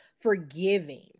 forgiving